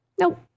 Nope